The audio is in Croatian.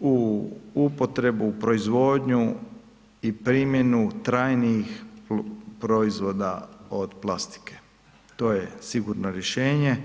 u upotrebu, proizvodnju i primjenu trajnijih proizvoda od plastike to je sigurno rješenje.